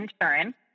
insurance